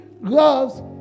loves